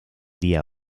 día